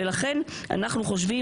לכן, אנחנו,